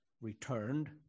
returned